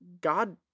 God